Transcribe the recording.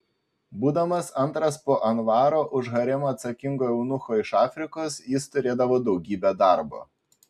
būdamas antras po anvaro už haremą atsakingo eunucho iš afrikos jis turėdavo daugybę darbo